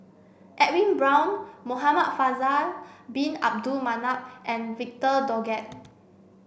Edwin Brown Muhamad Faisal bin Abdul Manap and Victor Doggett